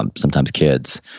um sometimes kids.